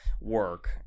work